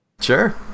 Sure